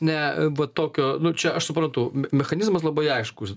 ne tokio nu čia aš suprantu mechanizmas labai aiškus